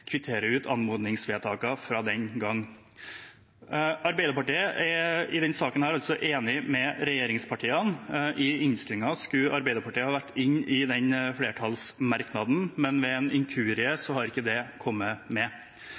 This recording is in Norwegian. i denne saken. I innstillingen skulle Arbeiderpartiet ha vært inne i flertallsmerknaden, men ved en inkurie har det ikke kommet med.